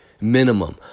Minimum